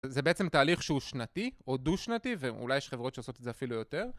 זה בעצם תהליך שהוא שנתי, או דו-שנתי, ואולי יש חברות שעושות את זה אפילו יותר.